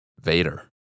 Vader